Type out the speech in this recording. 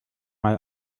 mal